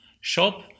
shop